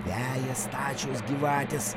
veja stačios gyvatės